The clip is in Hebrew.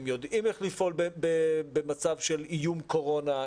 הם יודעים איך לפעול במצב של איום קורונה.